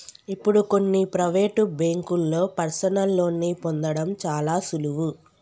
ఇప్పుడు కొన్ని ప్రవేటు బ్యేంకుల్లో పర్సనల్ లోన్ని పొందడం చాలా సులువు